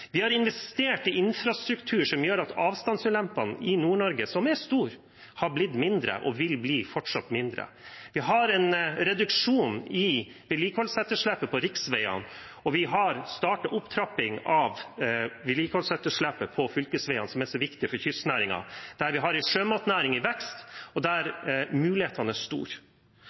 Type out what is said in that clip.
Vi har investert i infrastruktur som gjør at avstandsulempene i Nord-Norge, som er store, har blitt mindre og fortsatt vil bli mindre. Vi har en reduksjon i vedlikeholdsetterslepet på riksveiene, og vi har startet en opptrapping for å redusere vedlikeholdsetterslepet på fylkesveiene, som er så viktige for kystnæringene, der vi har en sjømatnæring i vekst, og der mulighetene er store.